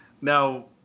Now